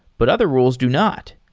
but other rules do not.